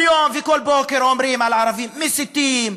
כל יום וכל בוקר אומרים על הערבים: מסיתים,